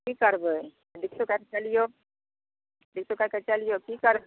की करबै दुःख सुख काटि के चलियौ दुःख सुख काटि के चलियौ की की कर